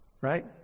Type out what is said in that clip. Right